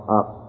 up